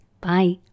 Bye